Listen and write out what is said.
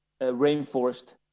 rainforest